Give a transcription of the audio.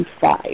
five